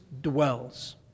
dwells